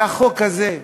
והחוק הזה,